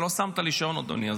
לא שמת לי שעון, אדוני.